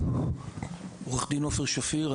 עורך דין עופר שפיר,